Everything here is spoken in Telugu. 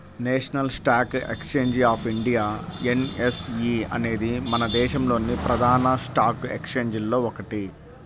national stock exchange of India NSE అనేది మన దేశంలోని ప్రధాన స్టాక్ ఎక్స్చేంజిల్లో ఒకటి